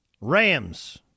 Rams